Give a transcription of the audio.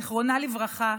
זיכרונה לברכה,